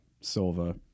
Silva